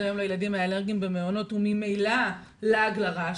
היום לילדים האלרגיים במעונות הוא ממילא לעג לרש,